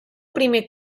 primer